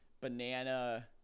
Banana